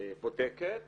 בודקת